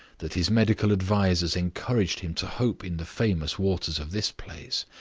that his medical advisers encouraged him to hope in the famous waters of this place.